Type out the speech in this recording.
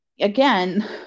again